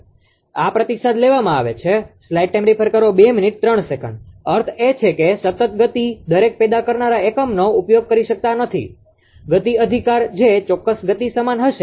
હવે આપણે શું કરીશું તેથી જ્યારે બે કે તેથી વધુ જનરેટ કરનારા એકમો સમાન સિસ્ટમ સાથે જોડાયેલા હોય ત્યારે જ આઇસોક્રોનસ છે આઇસોક્રોનસ તમને કહે છે કે તેનો અર્થ એ છે કે સતત ગતિ દરેક પેદા કરનારા એકમનો ઉપયોગ કરી શકાતો નથી ગતિ અધિકાર જે ચોક્કસ ગતિ સમાન હશે